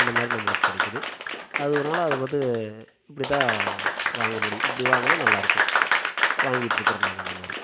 அந்த மாதிரி நம்மளுக்கு கிடைக்குது அதனால் அது வந்து இப்படி தான் வாங்க முடியும் இப்படி வாங்கினா நல்லாயிருக்கும் வாங்கிட்ருக்கிறோம் நாங்கள் அந்த மாதிரி